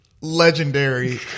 legendary